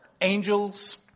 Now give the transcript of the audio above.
angels